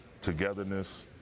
togetherness